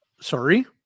Sorry